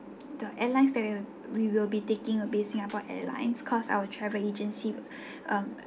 the airlines that we'll we will be taking will be singapore airlines cause our travel agency um